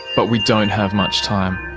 but we don't have much time.